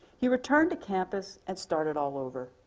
he returned to campus and started all over,